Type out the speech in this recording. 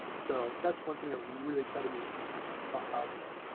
so that's one thing that really excited me about cosplay.